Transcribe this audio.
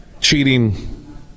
cheating